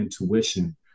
intuition